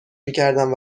میکردم